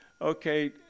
okay